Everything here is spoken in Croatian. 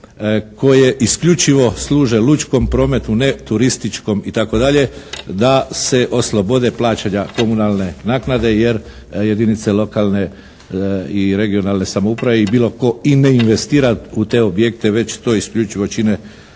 koje isključivo služe lučkom prometu, ne turističkom i tako dalje da se oslobode plaćanja komunalne naknade jer jedinice lokalne i regionalne samouprave i bilo tko i ne investira u te objekte već to isključivo čine